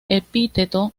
epíteto